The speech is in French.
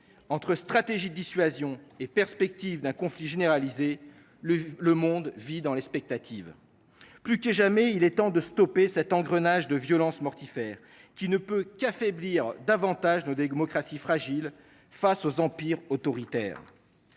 Entre stratégie de dissuasion et perspective d’un conflit généralisé, le monde vit dans l’expectative. Plus que jamais, il est temps de sortir de cet engrenage de violence mortifère, qui ne peut qu’affaiblir davantage nos démocraties déjà fragiles face aux empires autoritaires.